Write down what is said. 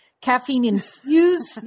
caffeine-infused